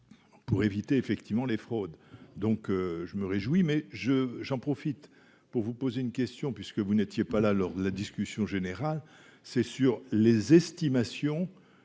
pour éviter effectivement les fraudes, donc je me réjouis, mais je j'en profite pour vous poser une question : puisque vous n'étiez pas là lors de la discussion générale, c'est sûr, les estimations